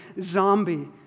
zombie